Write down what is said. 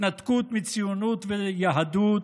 התנתקות מציונות ומיהדות,